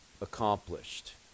accomplished